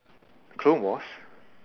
clone wars